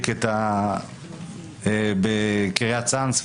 הוזמנתי לקריית צאנז בנתניה,